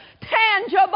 tangible